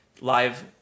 live